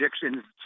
predictions